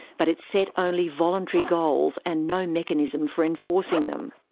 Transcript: but it set only voluntary goals and no mechanism for enforcing them.